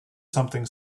something